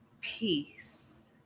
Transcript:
peace